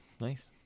nice